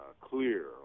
clear